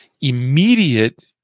immediate